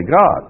God